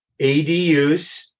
ADUs